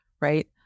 right